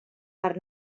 per